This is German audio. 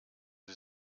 sie